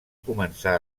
començar